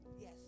Yes